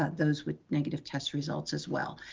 those with negative test results as well.